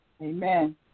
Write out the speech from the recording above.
Amen